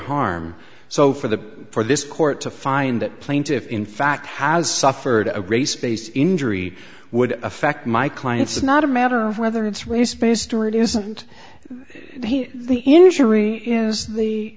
harm so for the for this court to find that plaintiff in fact has suffered a race based injury would affect my clients is not a matter of whether it's race based or it isn't the injury is the